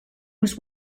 was